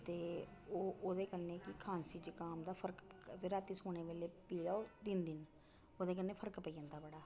ते ओह् ओह्दे कन्नै कि खांसी जुकाम दा फर्क रातीं सोने बेल्लै पी लैओ तिन्न दिन ओह्दे कन्नै फर्क पेई जंदा बड़ा